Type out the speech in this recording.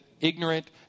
ignorant